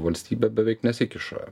valstybė beveik nesikiša